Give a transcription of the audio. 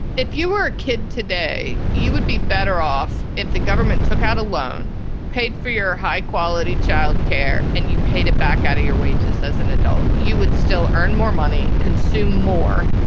if you were a kid today, you would be better off if the government took out a loan paid for your high quality child care and you paid it back out of your wages as an adult, you would still earn more money, consume more,